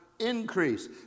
Increase